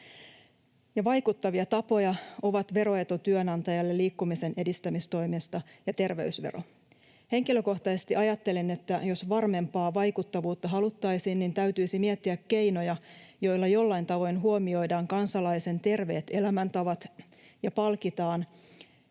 Vaikuttavia tapoja ovat veroetu työnantajalle liikkumisen edistämistoimista ja terveysvero. Henkilökohtaisesti ajattelen, että jos varmempaa vaikuttavuutta haluttaisiin, niin täytyisi miettiä keinoja, joilla jollain tavoin huomioidaan kansalaisen terveet elämäntavat ja palkitaan